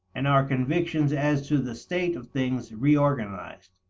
and our convictions as to the state of things reorganized.